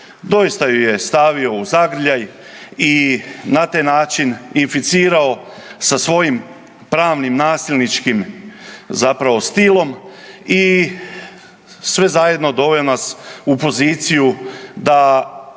doista ju je stavio u zagrljaj i na taj način inficirao sa svojim pravnim nasilničkim zapravo stilom i sve zajedno doveo nas u poziciju da